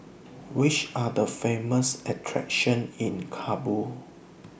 Which Are The Famous attractions in Kabul